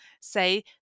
say